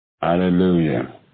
Hallelujah